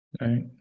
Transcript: Right